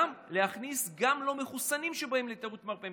ולהכניס גם לא מחוסנים שמגיעים לתיירות מרפא,